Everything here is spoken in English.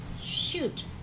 Shoot